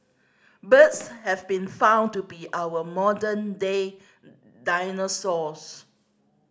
birds have been found to be our modern day dinosaurs